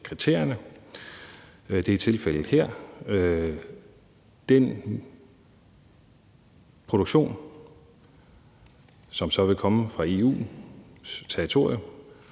kriterierne. Det er tilfældet her. Den produktion, som så vil komme fra EU's territorie,